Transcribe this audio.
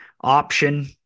option